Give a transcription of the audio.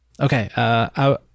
Okay